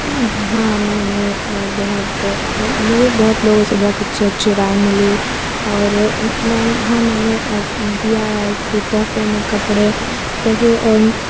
ہاں میں نے بہت مجھے بہت لوگوں سے بہت اچھی اچھی رائے ملی اور میں ہاں میں نے دیا ہے کہ تحفے میں کپڑے جیسے